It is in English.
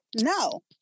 No